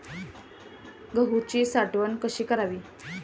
गहूची साठवण कशी करावी?